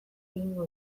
egingo